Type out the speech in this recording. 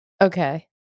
okay